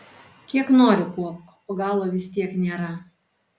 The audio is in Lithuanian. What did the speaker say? kiek nori kuopk o galo vis tiek nėra